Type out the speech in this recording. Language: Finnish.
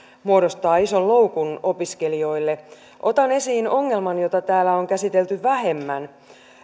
muodostaa ison loukun opiskelijoille otan esiin ongelman jota täällä on käsitelty vähemmän